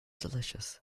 delicious